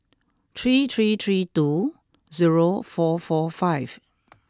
three three three two zero four four five